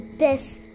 best